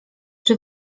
czy